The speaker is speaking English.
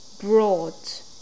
brought